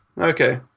Okay